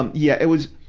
um yeah, it was,